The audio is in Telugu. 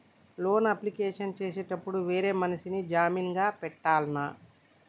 లోన్ అప్లికేషన్ చేసేటప్పుడు వేరే మనిషిని జామీన్ గా పెట్టాల్నా?